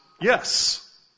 yes